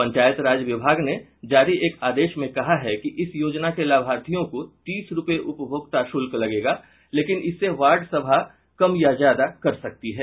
पंचायत राज विभाग ने जारी एक आदेश में कहा है कि इस योजना के लाभार्थियों को तीस रूपये उपभोक्ता शुल्क लगेगा लेकिन इसे वार्ड सभा कम या ज्यादा कर सकती है